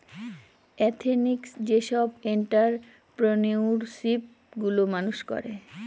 ethnic যেসব entrepreneurship গুলো মানুষ করে